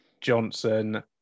Johnson